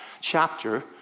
chapter